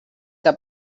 que